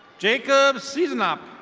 jacob seasonop.